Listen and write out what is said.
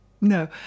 No